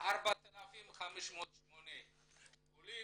4,508 עולים,